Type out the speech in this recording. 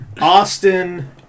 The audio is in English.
Austin